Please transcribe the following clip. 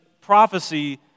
prophecy